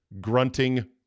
grunting